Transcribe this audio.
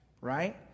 Right